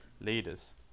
leaders